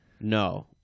No